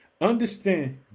understand